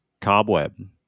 Cobweb